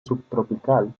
subtropical